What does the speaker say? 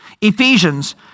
Ephesians